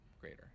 greater